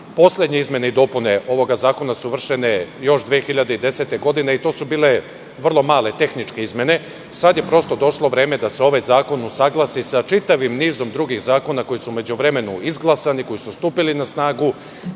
izmene i dopune ovog zakona su vršene još 2010. godine i to su bile vrlo male tehničke izmene. Sada je prosto došlo vreme da se ovaj zakon usaglasi sa čitavim nizom drugih zakona koji su u međuvremenu izglasani, koji su stupili na snagu,